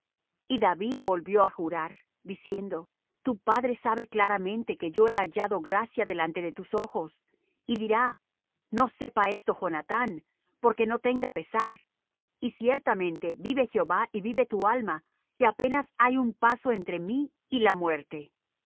y david volvió á jurar diciendo tu padre sabe claramente que yo he hallado gracia delante de tus ojos y dirá no sepa esto jonathán porque no tenga pesar y ciertamente vive jehová y vive tu alma que apenas hay un paso entre mí y la muerte